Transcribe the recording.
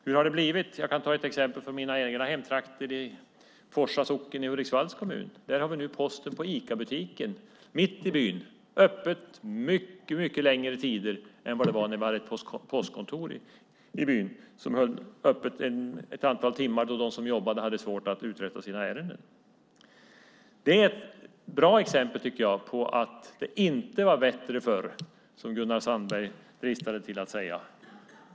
Hur har det blivit? Jag kan ta ett exempel från mina egna hemtrakter i Forsa socken i Hudiksvalls kommun. Där har vi nu posten i Icabutiken mitt i byn. Det är öppet mycket längre tider än det var när vi hade ett postkontor i byn som höll öppet ett antal timmar då de som jobbade hade svårt att uträtta sina ärenden. Det är ett bra exempel på att det inte var bättre förr, som Gunnar Sandberg dristade sig till att säga.